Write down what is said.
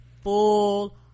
Full